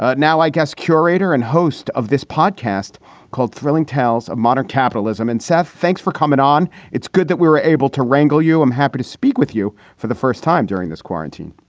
ah now, i guess curator and host of this podcast called thrilling tales of modern capitalism. and seth. thanks for coming on. it's good that we were able to wrangle you. i'm happy to speak with you for the first time during this quarantine.